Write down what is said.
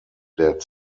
der